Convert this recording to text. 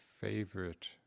favorite